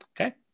Okay